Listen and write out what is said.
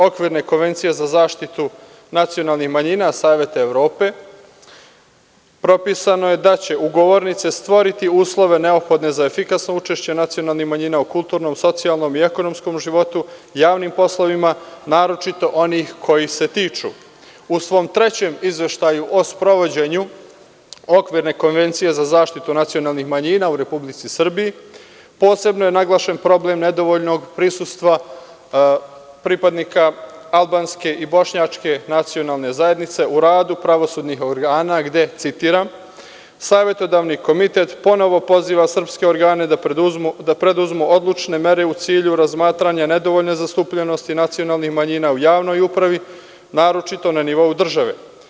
Okvirne konvencije za zaštitu nacionalnih manjina Saveta Evrope, propisano je da će ugovornice stvoriti uslove neophodne za efikasno učešće nacionalnih manjina u kulturnom, socijalnom i ekonomskom životu, javnim poslovima, naročito onih koji se tiču, u svom trećem izveštaju o sprovođenju Okvirne konvencije za zaštitu nacionalnih manjina u Republici Srbiji, posebno je naglašen problem nedovoljnog prisustva pripadnika albanske i bošnjačke zajednice u radu pravosudnih organa, gde, citiram – Savetodavni komitet ponovo poziva srpske organe da preduzmu odlučne mere u cilju razmatranja nedovoljne zastupljenosti nacionalnih manjina u javnoj upravi, naročito na nivou države.